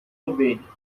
ovelhas